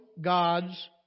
God's